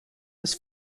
was